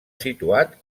situat